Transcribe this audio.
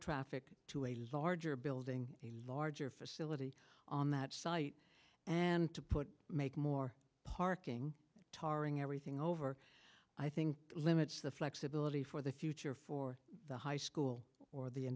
traffic to a larger building a larger facility on that site and to put make more parking tarring everything over i think limits the flexibility for the future for the high school or the